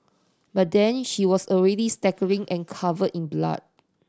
by then she was already staggering and covered in blood